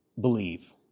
believe